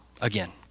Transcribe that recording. again